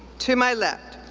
to my left,